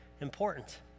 important